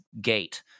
gate